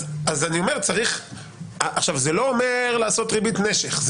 זה לא אומר לעשות ריבית נשך,